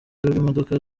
rw’imodoka